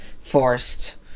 forced